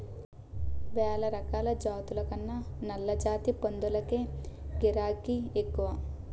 వేలరకాల జాతుల కన్నా నల్లజాతి పందులకే గిరాకే ఎక్కువ